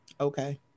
Okay